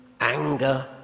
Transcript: anger